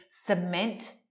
cement